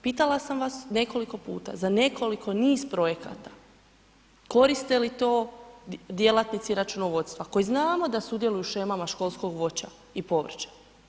Pitala sam vas nekoliko puta, za nekoliko niz projekata, koriste li to djelatnici računovodstva, koji znamo da sudjeluju u shemama školskog voća i povrća.